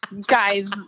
Guys